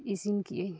ᱤᱥᱤᱱ ᱠᱮᱫᱟᱹᱧ